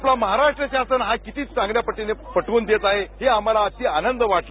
आपला महाराष्ट्र शासन हा किती चांगल्या पध्दतीनं पटवून देत आहे हे आम्हाला अगदी आनंद वाटला